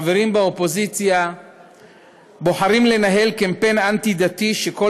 חברים באופוזיציה בוחרים לנהל קמפיין אנטי-דתי שכל